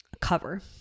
cover